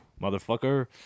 motherfucker